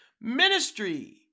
Ministry